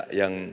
yang